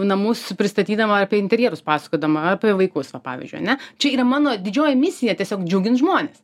namus pristatydama apie interjerus pasakodama apie vaikus va pavyzdžiui ane čia yra mano didžioji misija tiesiog džiugint žmones